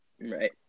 Right